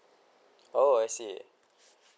oh I see